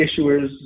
issuers